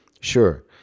Sure